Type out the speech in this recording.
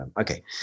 okay